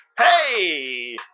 Hey